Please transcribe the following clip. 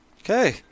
Okay